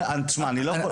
אני לא יכול.